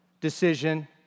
decision